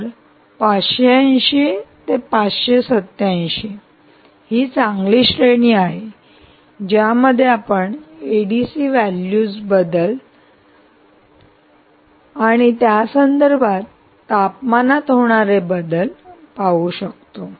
तर 580 ते 587 ही एक चांगली श्रेणी आहे ज्यामध्ये आपण एडीसी व्हॅल्यूज बदल आणि त्या संदर्भात तापमानात होणारे बदल पाहू शकतो